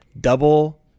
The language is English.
Double